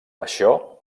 això